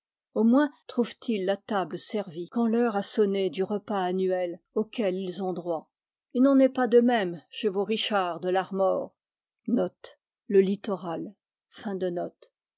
au moins trouvent ils la table servie quand l'heure a sonné du repas annuel auquel ils ont droit il n'en est pas de même chez vos richards de l'armor